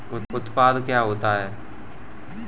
उत्पाद क्या होता है?